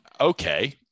okay